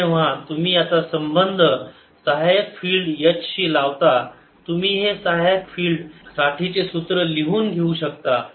तर जेव्हा तुम्ही याचा संबंध सहाय्यक फिल्ड H शी लावता तुम्ही हे सहाय्यक फील्ड साठीचे सूत्र लिहून घेऊ शकता